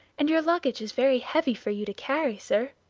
and your luggage is very heavy for you to carry, sir.